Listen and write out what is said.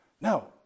No